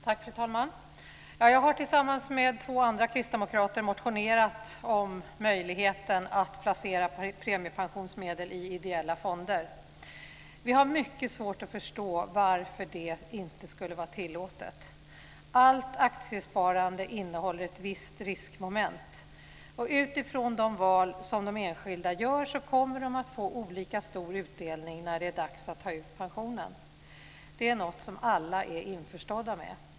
Fru talman! Jag har tillsammans med två andra kristdemokrater motionerat om möjligheten att placera premiepensionsmedel i ideella fonder. Vi har mycket svårt att förstå varför det inte skulle vara tillåtet. Allt aktiesparande innehåller ett visst riskmoment. Utifrån de val som de enskilda gör kommer de att få olika stor utdelning när det är dags att ta ut pensionen. Det är något som alla är införstådda med.